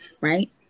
right